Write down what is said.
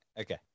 Okay